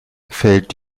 fällt